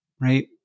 right